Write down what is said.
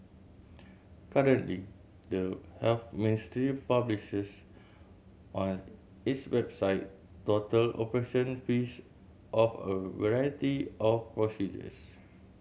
currently the Health Ministry publishes on its website total operation fees of a variety of procedures